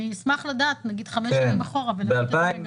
אשמח לדעת, נגיד חמש שנים אחורה ולראות את המגמה.